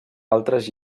altres